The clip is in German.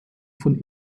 von